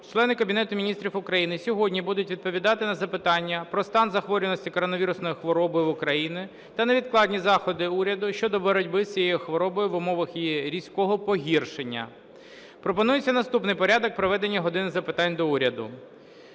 члени Кабінету Міністрів України сьогодні будуть відповідати на запитання про стан захворюваності коронавірусною хворобою в Україні та невідкладні заходи уряду щодо боротьби з цією хворобою в умовах її різкого поширення. Пропонується наступний порядок проведення "години запитань до Уряду":